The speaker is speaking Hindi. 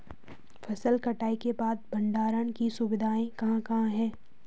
फसल कटाई के बाद भंडारण की सुविधाएं कहाँ कहाँ हैं?